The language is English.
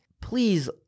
please